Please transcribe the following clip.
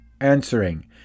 answering